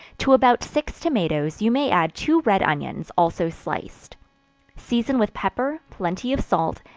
to about six tomatoes, you may add two red onions, also sliced season with pepper, plenty of salt,